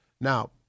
Now